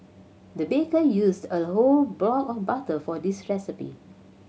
the baker used a whole block of butter for this recipe